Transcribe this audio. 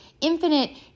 infinite